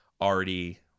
already